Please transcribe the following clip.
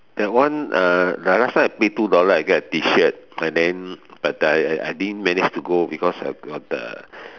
that one uh the last time I pay two dollar I get a T shirt but then I di~ I didn't manage to go because I got a